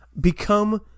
become